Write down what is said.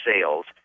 sales